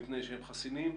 מפני שהם חסינים.